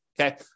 Okay